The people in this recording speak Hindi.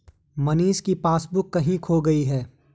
मनीष की पासबुक कहीं खो गई है